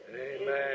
Amen